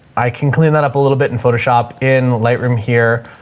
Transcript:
i can clean that up a little bit in photoshop, in lightroom here,